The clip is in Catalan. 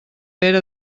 pere